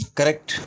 Correct